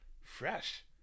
Fresh